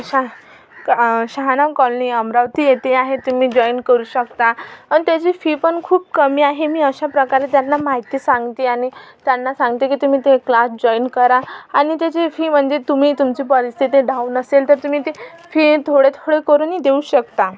शा शाहाना कॉलनी अमरावती येथे आहे तुम्ही जॉइन करू शकता आणि त्याची फी पण खूप कमी आहे मी अशा प्रकारे त्यांना माहिती सांगते आणि त्यांना सांगते की तुम्ही ते क्लास जॉइन करा आणि त्याची फी म्हणजे तुम्ही तुमची परीस्थिती ते डाऊन असेल तर तुम्ही ती फी थोडे थोडे करूनही देऊ शकता